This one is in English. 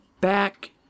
back